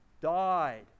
died